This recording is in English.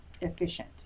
efficient